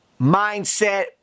Mindset